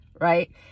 right